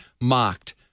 mocked